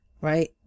Right